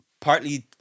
partly